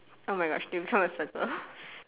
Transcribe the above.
oh my gosh it becomes a circus